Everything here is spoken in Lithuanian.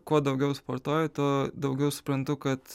kuo daugiau sportuoju tuo daugiau suprantu kad